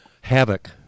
Havoc